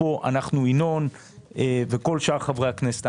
ינון וכל שאר חברי הכנסת,